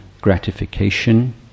gratification